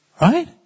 Right